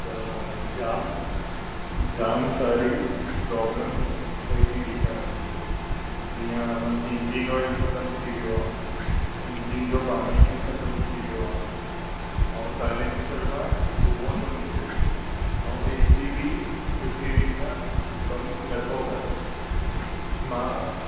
त जाम जाम सारी प्रोब्लम पई थी ॾिसण अचे जीअं इंजन ऑइल खतम थी वियो आहे इंजन जो पाणी बि खतम थी वियो आहे ऐं साइलेंसर मां धूंओ थो निकिरे ऐं ए सी ॿी सुठी रीति सां कम नथो करे मां